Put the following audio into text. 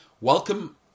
Welcome